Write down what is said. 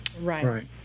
Right